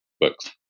books